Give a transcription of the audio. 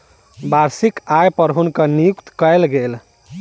वार्षिक आय पर हुनकर नियुक्ति कयल गेल